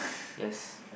yes